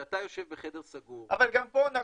כשאתה יושב בחדר סגור --- אבל גם פה אנחנו